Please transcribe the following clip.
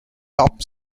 top